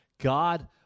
God